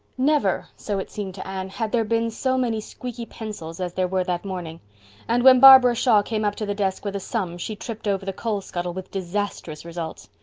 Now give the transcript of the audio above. never, so it seemed to anne, had there been so many squeaky pencils as there were that morning and when barbara shaw came up to the desk with a sum she tripped over the coal scuttle with disastrous results.